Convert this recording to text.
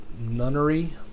nunnery